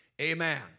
Amen